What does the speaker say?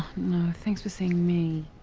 no, thanks for seeing me.